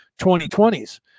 2020s